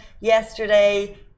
yesterday